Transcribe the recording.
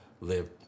live